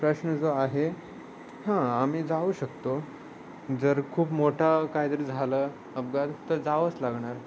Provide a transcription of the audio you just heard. प्रश्न जो आहे हां आम्ही जाऊ शकतो जर खूप मोठा कायतरी झालं अपघात तर जावंच लागणार